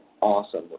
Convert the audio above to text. awesome